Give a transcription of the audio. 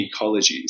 ecologies